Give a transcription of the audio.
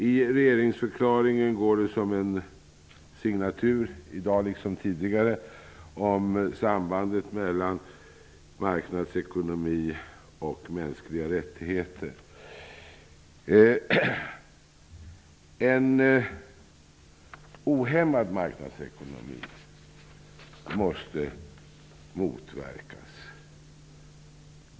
I regeringsförklaringen -- i dag liksom tidigare -- går sambandet mellan marknadsekonomi och mänskliga rättigheter som en signatur. En ohämmad marknadsekonomi måste motverkas.